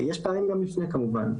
יש פערים גם לפני הלידה כמובן,